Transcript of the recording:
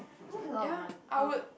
that's a lot of month orh